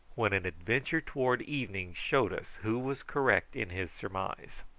when an adventure towards evening showed us who was correct in his surmise.